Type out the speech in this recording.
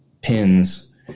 pins